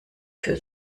für